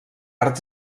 arts